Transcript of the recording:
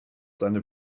seine